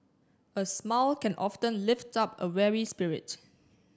a smile can often lift up a weary spirit